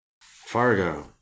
Fargo